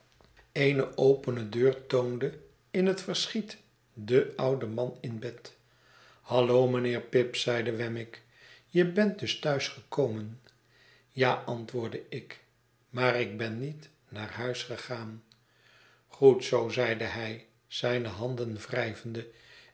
eene opene deur toonde in het verschiet den ouden man in bed hallo mijnheer pip zeide wemmick je bent dus thuis gekomen ja antwoordde ik maar ik ben niet naar huis gegaan u goed zoo zeide hij zijne handen